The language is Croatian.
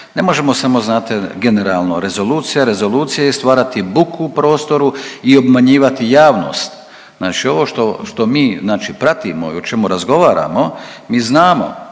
ne možemo samo znate generalno rezolucija, rezolucija i stvarati buku u prostoru i obmanjivati javnost. Znači ovo što, što mi znači pratimo i o čemu razgovaramo mi znamo